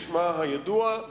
כשמה הידוע,